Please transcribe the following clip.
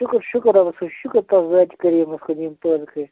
شُکر شُکر رۄبَس کُن شُکُر تَس ذاتہِ کٔریٖمَس کُن یٔمۍ پٲد کٔرِۍ